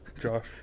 Josh